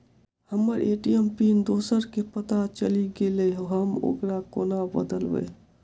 हम्मर ATM pin दोसर केँ पत्ता चलि गेलै, हम ओकरा कोना बदलबै?